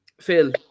Phil